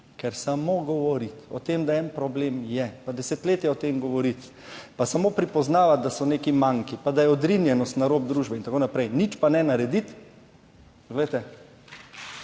Ker samo govoriti o tem, da en problem je, pa desetletja o tem govoriti, pa samo pripoznavati, da so neki manki, pa da je odrinjenost na rob družbe in tako naprej, nič pa ne narediti, poglejte,